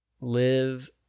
live